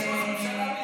יש ראש ממשלה בישראל.